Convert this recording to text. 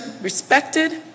respected